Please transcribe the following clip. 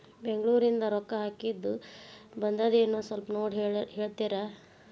ಬೆಂಗ್ಳೂರಿಂದ ರೊಕ್ಕ ಹಾಕ್ಕಿದ್ದು ಬಂದದೇನೊ ಸ್ವಲ್ಪ ನೋಡಿ ಹೇಳ್ತೇರ?